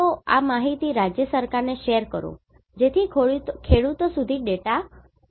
તો આ માહિતી રાજ્ય સરકારને શેર કરો જેથી ખેડૂતો સુધી ડેટા ફેલાય શકે